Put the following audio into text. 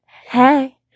Hey